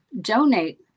donate